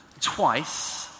twice